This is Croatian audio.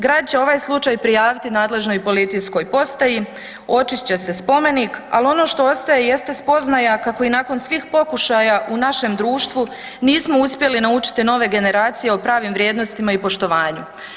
Grad će ovaj slučaj prijaviti nadležnoj policijskom postoji, očistit će se spomenik ali ono što ostaje jeste spoznaja kako i nakon svih pokušaja u našem društvu nismo uspjeli naučiti nove generacije o pravim vrijednostima i poštovanju.